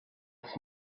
its